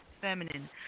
feminine